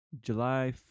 July